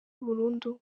burundu